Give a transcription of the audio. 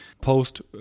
post